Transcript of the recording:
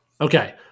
Okay